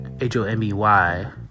H-O-M-E-Y